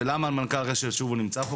ולמה מנכ"ל רשת שובו נמצא פה,